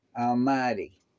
Almighty